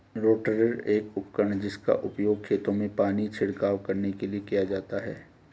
rotator एक उपकरण है जिसका उपयोग खेतों में पानी का छिड़काव करने के लिए किया जाता है